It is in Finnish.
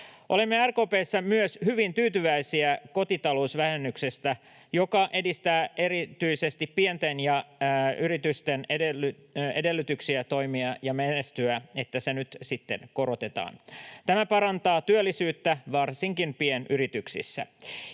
Olemme RKP:ssa myös hyvin tyytyväisiä, että nyt korotetaan kotitalousvähennystä, mikä edistää erityisesti pienten yritysten edellytyksiä toimia ja menestyä. Tämä parantaa työllisyyttä varsinkin pienyrityksissä.